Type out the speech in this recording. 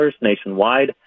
nationwide